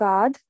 God